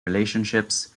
relationships